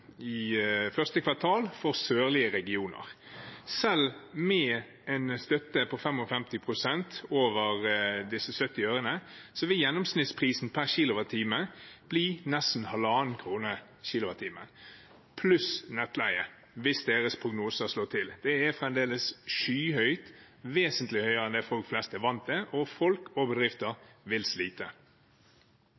første kvartal for sørlige regioner. Selv med en støtte med 55 pst. over 70 øre, vil gjennomsnittsprisen per kWt nesten bli halvannen krone, pluss nettleie, hvis denne prognosen slår til. Det er fremdeles skyhøyt – vesentlig høyere enn den folk flest er vant til, og folk og bedrifter